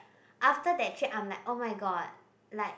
after that chat I am like oh-my-god like